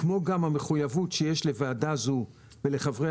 כמו גם המחויבות שיש לוועדה זו ולחברי